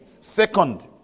Second